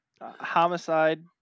Homicide